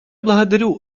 благодарю